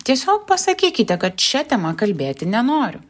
tiesiog pasakykite kad šia tema kalbėti nenoriu